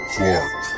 Clark